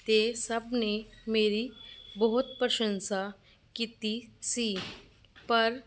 ਅਤੇ ਸਭ ਨੇ ਮੇਰੀ ਬਹੁਤ ਪ੍ਰਸ਼ੰਸਾ ਕੀਤੀ ਸੀ ਪਰ